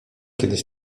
kiedyś